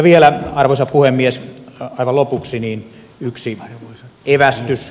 vielä arvoisa puhemies aivan lopuksi yksi evästys